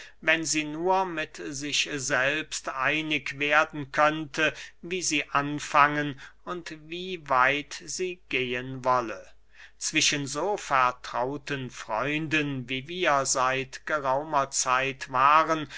wenn sie nur mit sich selbst einig werden könnte wie sie anfangen und wie weit sie gehen wolle zwischen so vertrauten freunden wie wir seit geraumer zeit waren